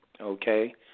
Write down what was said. okay